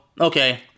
okay